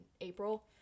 April